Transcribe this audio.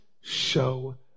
show